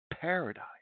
Paradise